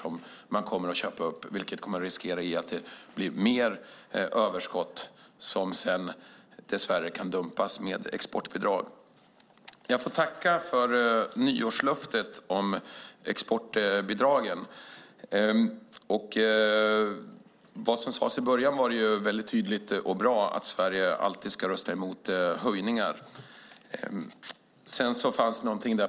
Det medför att det blir risk för mer överskott som sedan kan dumpas med exportbidrag. Tack för nyårslöftet om exportbidragen. Det som sades i början var tydligt och bra, att Sverige alltid ska rösta emot höjningar.